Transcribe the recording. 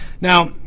Now